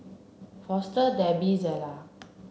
Foster Debbi Zela